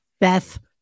Beth